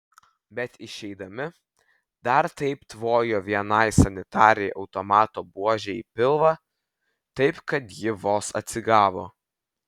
bet išeidami dar taip tvojo vienai sanitarei automato buože į pilvą taip kad ji vos atsigavo